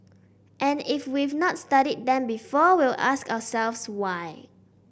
and if we've not studied them before we'll ask ourselves why